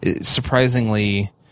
Surprisingly